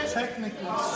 technically